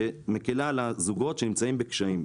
שמקל על הזוגות שנמצאים בקשיים.